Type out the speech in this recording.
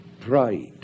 pride